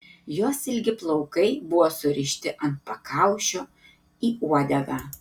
jos ilgi plaukai buvo surišti ant pakaušio į uodegą